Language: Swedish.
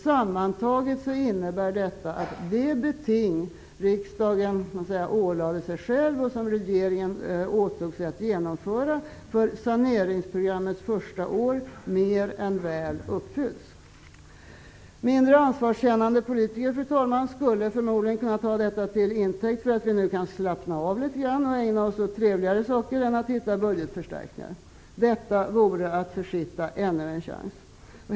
Sammantaget innebär detta att det beting för saneringsprogrammets första år som riksdagen så att säga ålade sig själv och som regeringen åtog sig att genomföra mer än väl uppfylls. Fru talman! Mindre ansvarskännande politiker skulle förmodligen kunna ta detta till intäkt för att vi nu kan slappna av litet grand och ägna oss åt trevligare saker än att hitta budgetförstärkningar. Det vore att försitta ännu en chans.